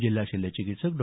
जिल्हा शल्य चिकित्सक डॉ